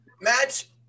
Match